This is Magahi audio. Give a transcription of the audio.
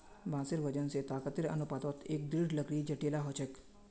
बांसेर वजन स ताकतेर अनुपातत एक दृढ़ लकड़ी जतेला ह छेक